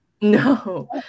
no